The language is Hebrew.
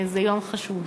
זה יום חשוב.